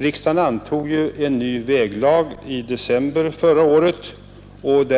Riksdagen antog ju en ny väglag i december 1971, och